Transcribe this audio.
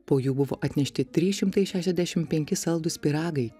po jų buvo atnešti trys šimtai šešiasdešim penki saldūs pyragai